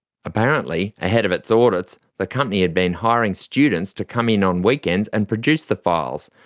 apparently ahead of its audits the company had been hiring students to come in on weekends and produce the files,